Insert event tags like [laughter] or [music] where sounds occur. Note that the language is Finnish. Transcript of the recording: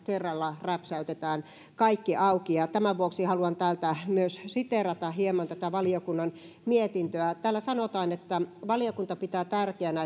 kerralla räpsäytetään kaikki auki ja tämän vuoksi haluan täältä myös siteerata hieman tätä valiokunnan mietintöä täällä sanotaan että valiokunta pitää tärkeänä [unintelligible]